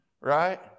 Right